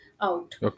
out